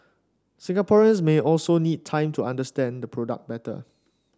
Singaporeans may also need time to understand the product better